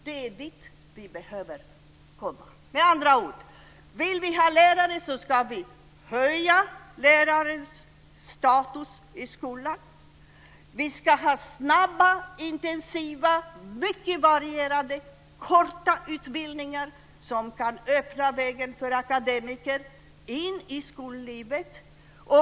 Det är dit vi behöver komma. Med andra ord: Vill vi ha lärare ska vi höja lärarens status i skolan. Vi ska ha snabba, intensiva, mycket varierade korta utbildningar, som kan öppna vägen för akademiker in i skollivet.